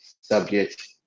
subject